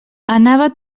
anava